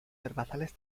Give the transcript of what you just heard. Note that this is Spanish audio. herbazales